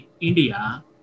India